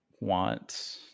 want